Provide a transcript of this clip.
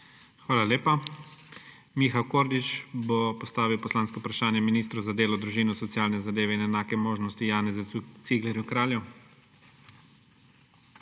Hvala lepa. Miha Kordiš bo postavil poslansko vprašanje ministru za delo, družino, socialne zadeve in enake možnosti Janezu Ciglerju Kralju.